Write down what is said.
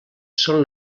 són